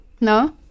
No